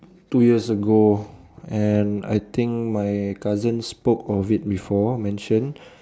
two years ago and I think my cousin spoke of it before mentioned